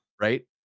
Right